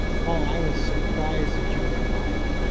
paul, i was surprised that you were alive.